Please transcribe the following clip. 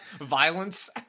Violence